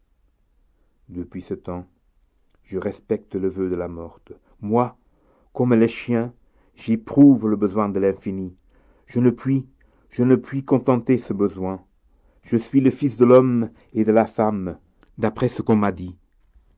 depuis ce temps je respecte le voeu de la morte moi comme les chiens j'éprouve le besoin de l'infini je ne puis je ne puis contenter ce besoin je suis le fils de l'homme et de la femme d'après ce qu'on m'a dit